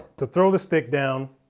to throw the stick down,